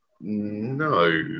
No